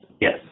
Yes